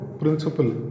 principle